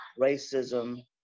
racism